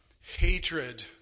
hatred